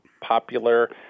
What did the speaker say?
popular